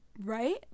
right